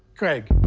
craig.